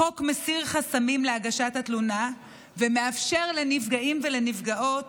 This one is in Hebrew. החוק מסיר חסמים להגשת התלונה ומאפשר לנפגעים ולנפגעות